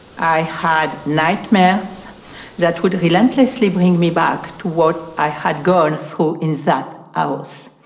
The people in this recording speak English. i had nightmares that would relentlessly bring me back to what i had gone through in that house.